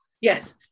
Yes